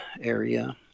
area